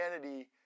humanity